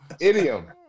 Idiom